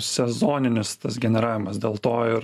sezoninis tas generavimas dėl to ir